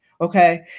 okay